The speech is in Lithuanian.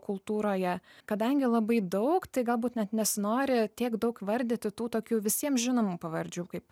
kultūroje kadangi labai daug tai galbūt net nesinori tiek daug vardyti tų tokių visiem žinomų pavardžių kaip